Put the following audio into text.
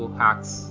hacks